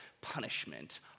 punishment